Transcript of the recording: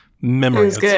memories